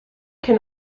can